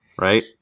right